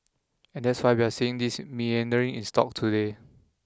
and that's why we're seeing this meandering in stocks today